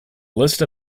list